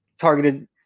targeted